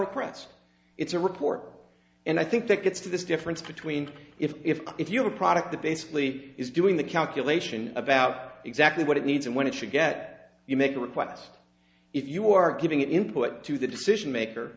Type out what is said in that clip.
recurrence it's a report and i think that gets to this difference between if if if you're a product that basically is doing the calculation about exactly what it needs and when it should get you make a request if you are giving it input to the decision maker